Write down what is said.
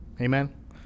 Amen